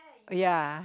oh ya